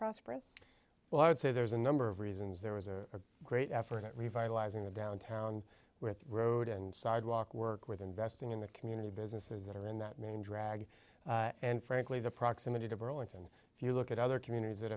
prosperous well i would say there's a number of reasons there was a great effort at revitalizing the downtown with road and sidewalk work with investing in the community businesses that are in that main drag and frankly the proximity to burlington if you look at other communities that